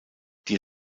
die